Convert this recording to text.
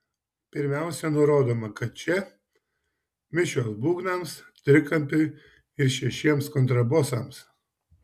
pirmiausia nurodoma kad čia mišios būgnams trikampiui ir šešiems kontrabosams